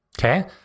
okay